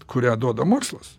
kurią duoda mokslas